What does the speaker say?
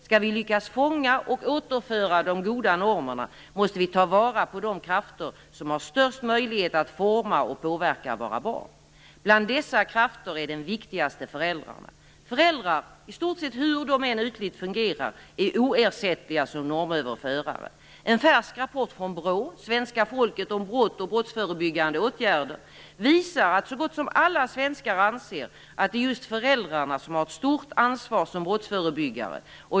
Skall vi lyckas fånga och återföra de goda normerna måste vi ta vara på de krafter som har störst möjlighet att forma och påverka våra barn. Bland dessa krafter är den viktigaste föräldrarna. Föräldrar - i stort sett hur de än ytligt fungerar - är oersättliga som normöverförare. En färsk rapport från BRÅ om svenska folket om brott och brottsförebyggande åtgärder visar att så gott som alla svenskar anser att det är just föräldrarna som har ett stort ansvar som brottsförebyggare.